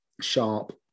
sharp